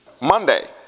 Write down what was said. monday